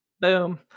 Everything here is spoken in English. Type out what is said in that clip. Boom